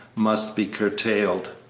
must be curtailed.